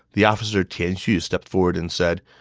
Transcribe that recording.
the officer tian xu stepped forth and said,